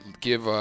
give